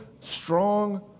strong